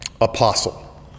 apostle